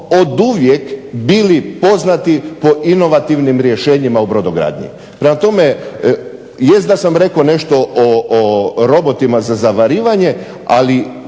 oduvijek bili poznati po inovativnim rješenjima u brodogradnji. Prema tome, jest da sam rekao nešto o robotima za zavarivanje, ali